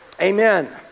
Amen